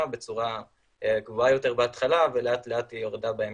בצורה גבוהה יותר בהתחלה ולאט לאט היא ירדה בהמשך.